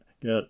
get